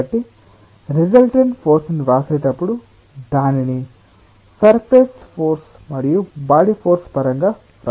కాబట్టిరిసల్టెంట్ force ని వ్రాసేటప్పుడు దానిని సర్ఫేస్ ఫోర్స్ మరియు బాడీ ఫోర్స్ పరంగా వ్రాస్తాము